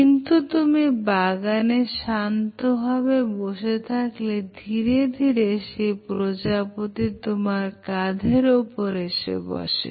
কিন্তু তুমি বাগানে শান্ত ভাবে বসে থাকলে ধীরে ধীরে সেই প্রজাপতি তোমার কাঁধের উপর এসে বসে